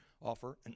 Offer